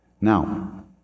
Now